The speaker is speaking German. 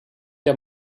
der